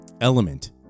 element